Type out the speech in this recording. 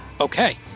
okay